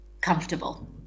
comfortable